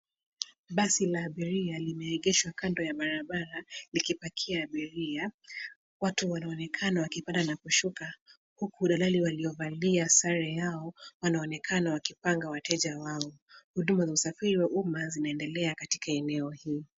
Basi la abiria limeegeshwa kando ya barabara likipakia abiria. Watu wanaonekana wakipanda na kushuka, huku rerali waliovalia sare yao wanaonekana wakipanga wateja wao. Huduma za usafiri wa umma zinaendelea katika eneo hii.